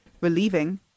relieving